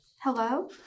Hello